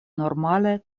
normale